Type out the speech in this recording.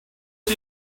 did